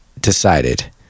decided